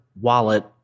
wallet